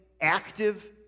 active